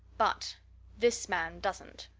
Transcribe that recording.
but this man doesn't.